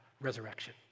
resurrection